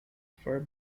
far